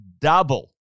double